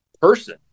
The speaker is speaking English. person